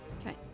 Okay